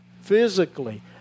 physically